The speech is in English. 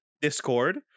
discord